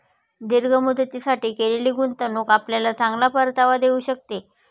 दीर्घ मुदतीसाठी केलेली गुंतवणूक आपल्याला चांगला परतावा देऊ शकते